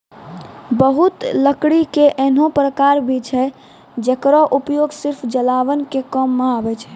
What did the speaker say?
बहुत लकड़ी के ऐन्हों प्रकार भी छै जेकरो उपयोग सिर्फ जलावन के काम मॅ आवै छै